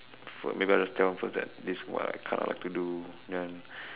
maybe I'll just tell them first that this is what I kind of like to do then